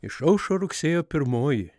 išaušo rugsėjo pirmoji